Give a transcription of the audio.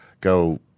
Go